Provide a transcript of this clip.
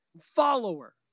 follower